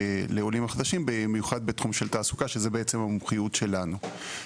לעולים חדשים בייחוד בתחום התעסוקה שזאת המומחיות שלנו.